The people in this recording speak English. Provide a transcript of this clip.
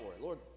Lord